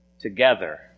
Together